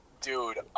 Dude